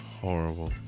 Horrible